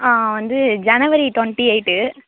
வந்து January twenty eight